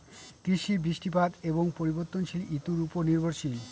কৃষি বৃষ্টিপাত এবং পরিবর্তনশীল ঋতুর উপর নির্ভরশীল